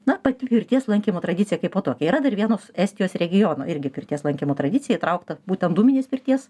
na pati pirties lankymo tradicija kaipo tokia yra dar vienos estijos regiono irgi pirties lankymo tradicija įtraukta būtent dūminės pirties